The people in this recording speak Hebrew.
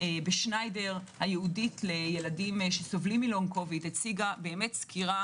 המרפאה בשניידר הייעודית לילדים שסובלים מ- LONG COVID הציגה סקירה